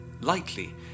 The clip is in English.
lightly